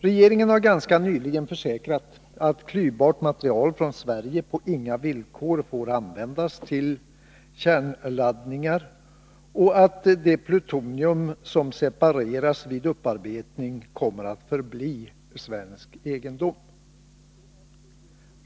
Regeringen har rätt nyligen försäkrat att klyvbart material från Sverige på inga villkor får användas till kärnladdningar och att det plutonium som separeras vid upparbetning kommer att förbli svensk egendom.